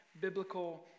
biblical